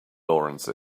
laurence